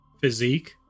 physique